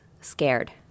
Scared